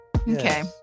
Okay